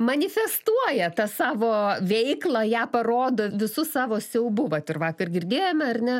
manifestuoja tą savo veiklą ją parodo visu savo siaubu vat ir vakar girdėjome ar ne